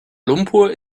lumpur